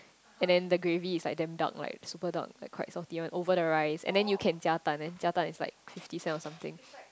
and then the gravy is like damn dark like super dark like quite salty one over the rice and then you can jia dan and jia dan is like fifty cent or something